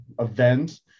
event